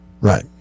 Right